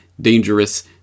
Dangerous